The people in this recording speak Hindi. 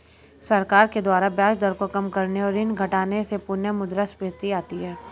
सरकार के द्वारा ब्याज दर को काम करने और ऋण घटाने से पुनःमुद्रस्फीति आती है